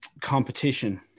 competition